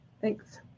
Thanks